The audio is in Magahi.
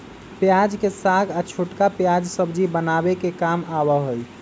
प्याज के साग या छोटका प्याज सब्जी बनावे के काम आवा हई